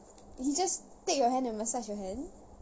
he just take your hand and massage your hand